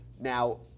Now